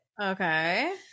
okay